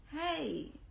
Hey